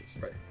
right